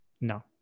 No